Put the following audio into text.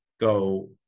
go